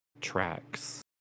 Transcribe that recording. tracks